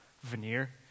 veneer